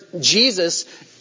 Jesus